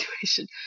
situation